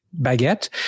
baguette